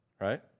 right